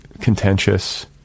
contentious